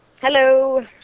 Hello